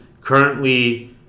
currently